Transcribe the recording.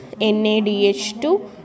NaDH2